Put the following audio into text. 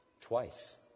Twice